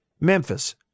Memphis